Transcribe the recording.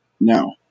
now